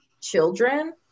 children